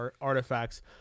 artifacts